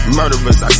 murderers